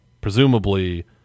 Presumably